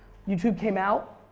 youtube came out,